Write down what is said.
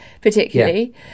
particularly